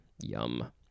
Yum